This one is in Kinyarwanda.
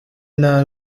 nta